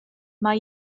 mae